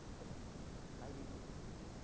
but the lighting of a flame.